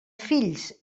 fills